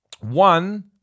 One